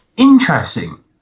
interesting